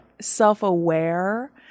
self-aware